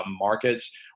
markets